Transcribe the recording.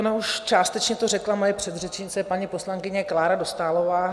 Ona už částečně to řekla moje předřečnice, paní poslankyně Klára Dostálová.